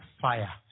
fire